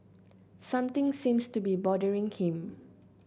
something seems to be bothering him